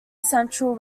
central